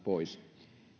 pois